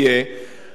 והוא יהיה,